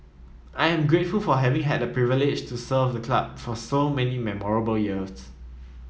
I am grateful for having had the privilege to serve the club for so many memorable years